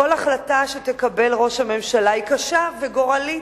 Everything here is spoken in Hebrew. כל החלטה שתקבל, ראש הממשלה, היא קשה וגורלית,